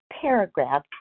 paragraph